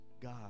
God